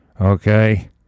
okay